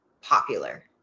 popular